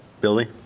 Billy